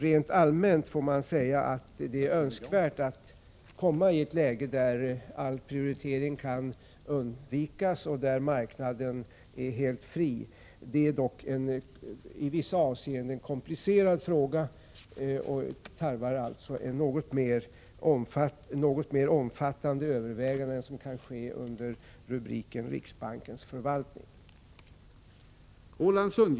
Rent allmänt får man säga att det är önskvärt att komma i ett läge där all prioritering kan undvikas och där marknaden är helt fri. Det är dock en i vissa avseenden komplicerad fråga och tarvar alltså något mer omfattande överväganden än som kan ske under rubriken Riksbankens förvaltning.